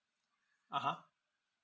(uh huh)